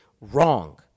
Wrong